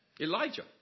Elijah